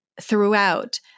throughout